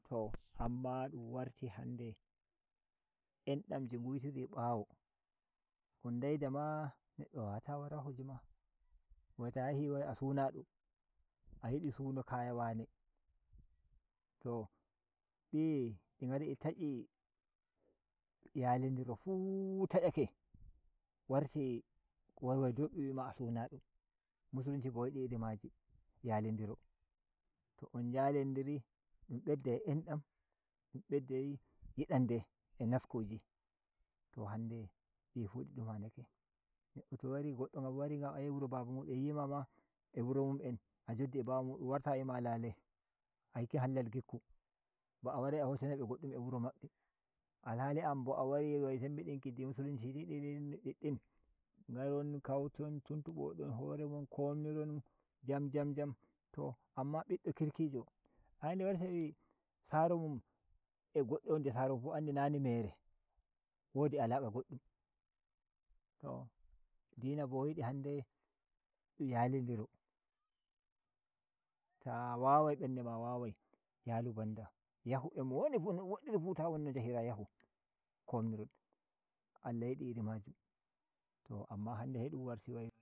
To amma ɗun warti hanɗe endam ji ngutiri bawo on daida ma neddo wawata wara wajema wai ta yahi wai a sunad a hebi suno kaya wane to di’i di ngari di ta ‘yi yali ndiro fuuu ta ‘yake warti wai wai dun wima a sunado mulunei bo yidu iri maji yali ndi ro to on jail ndiri dum beddai en dam dun beddai yi dan de a naskuji to hanɗe difu di ɗumanake neɗɗo to wari godɗo ngam wari ngam a yahi wuro babamu dum a yima ma a wuro mu’en a joddi a babamudun warta wima lale aekin hallal gikku ba a wari a hoshanai be goddum a wuro mabbe alhali anbo a wari ngam sembiɗinki di musulunci ji diddin ngaron kauton tuntubo don horemon komniron jam jam jam to amma biddo kirkijo ae nde wari se wi sar mun a goddo a wondi a saro mun fu andi na ni mere wdi alaka goddum to din abo yidu handed um yali ndiro ta wa wai ber nde ma wawai yalu banda yahu a mo woni fu no dun woddiri fu ta won no njahira kommiron Allah yidi iri majum to amma hanɗe se ɗum warti.